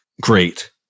great